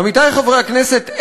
עמיתי חברי הכנסת,